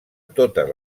totes